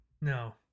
no